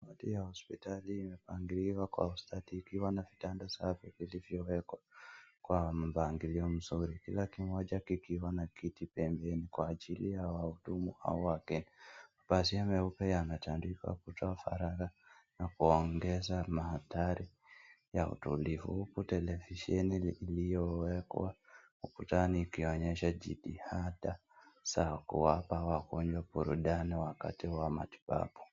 Wodi ya hospitali imepangiliwa kwa ustadi ukiwa na vitanda safi vilivyowekwa kwa mapangilio mzuri, kila kimoja kikiwa na kiti pembeni kwa ajili ya wahudumu au wakenya. Pasi meupe yametandikwa kutoa faragha na kuongeza mahatari ya utundifu huku televisheni iliyowekwa ukutani ikionyesha jitihada za kuwapa wagonjwa burudani wakati wa matibabu.